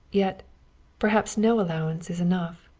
yet perhaps no allowance is enough.